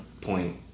point